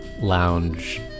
lounge